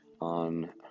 on